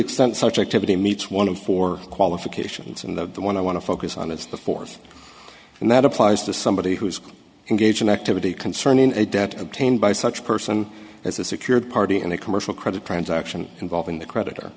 extent such activity meets one of four qualifications and the one i want to focus on is the fourth and that applies to somebody who's engaged in activity concerning a debt obtained by such person as a secured party and a commercial credit transaction involving the credit